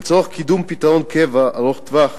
לצורך קידום פתרון קבע ארוך-טווח